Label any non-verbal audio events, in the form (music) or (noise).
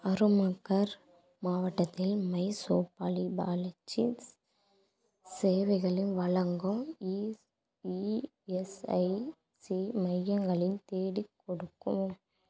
ஹனுமன்கர் மாவட்டத்தில் (unintelligible) மை சோப்பாலின் பாலச்சி சேவைகளை வழங்கும் இஎஸ்ஐசி மையங்களைத் தேடிக் கொடுக்கவும்